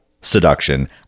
Seduction